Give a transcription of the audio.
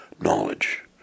knowledge